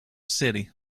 city